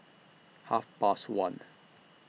Half Past one